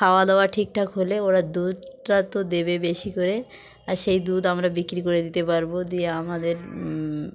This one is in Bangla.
খাওয়া দাওয়া ঠিকঠাক হলে ওরা দুধটা তো দেবে বেশি করে আর সেই দুধ আমরা বিক্রি করে দিতে পারবো দিয়ে আমাদের